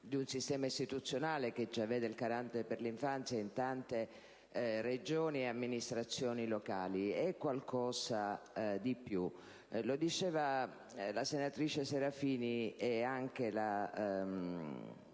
di un sistema istituzionale che già vede la presenza del garante per l'infanzia in tante Regioni e amministrazioni locali, ma è qualcosa di più. Lo ha detto la senatrice Serafini, e anche altri